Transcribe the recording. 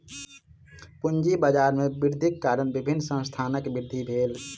पूंजी बाजार में वृद्धिक कारण विभिन्न संस्थानक वृद्धि भेल